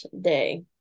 day